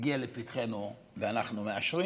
מגיע לפתחנו ואנחנו מאשרים